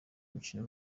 mukino